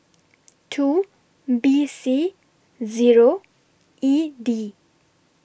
two B C Zero E D